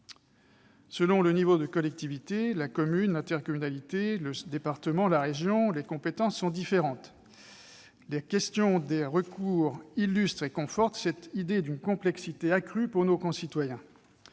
Selon le niveau de collectivité, la commune, l'intercommunalité, le département, la région, les compétences sont différentes. La question des recours illustre et conforte cette idée d'une complexité accrue pour nos concitoyens.,